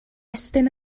estyn